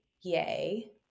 yay